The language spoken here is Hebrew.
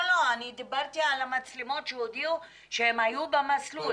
אני דיברתי על המצלמות שהודיעו שהיו במסלול,